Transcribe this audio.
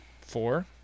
Four